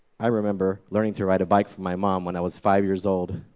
i remember learning to ride a bike from my mom when i was five years old.